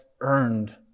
earned